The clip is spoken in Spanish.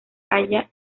halla